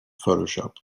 photoshop